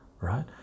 right